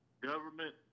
government